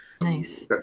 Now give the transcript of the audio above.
Nice